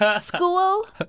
School